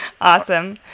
Awesome